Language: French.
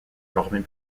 formée